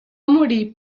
morir